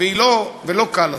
ולא קל לעשות,